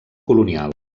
colonial